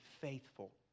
faithful